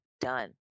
done